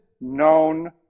known